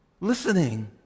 Listening